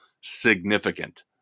significant